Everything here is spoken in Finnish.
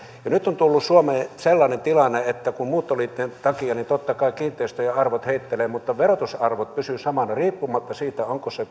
nyt on tullut suomeen sellainen tilanne että muuttoliikkeen takia totta kai kiinteistöjen arvot heittelevät mutta verotusarvot pysyvät samoina riippumatta siitä onko pääkaupunkiseudulla se